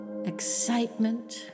Excitement